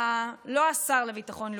אתה לא השר לביטחון לאומי,